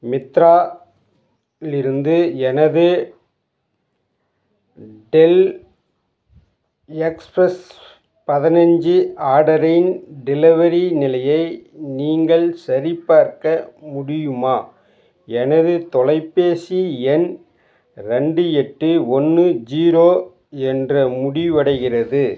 மித்ரா இலிருந்து எனது Dell XPS பதினஞ்சி ஆர்டரின் டெலிவரி நிலையை நீங்கள் சரிபார்க்க முடியுமா எனது தொலைபேசி எண் ரெண்டு எட்டு ஒன்று ஜீரோ என்ற முடிவடைகிறது